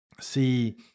see